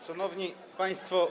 Szanowni Państwo!